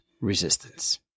Resistance